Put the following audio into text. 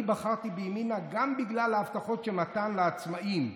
אני בחרתי בימינה גם בגלל ההבטחות של מתן לעצמאים,